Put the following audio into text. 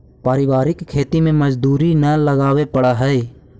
पारिवारिक खेती में मजदूरी न लगावे पड़ऽ हइ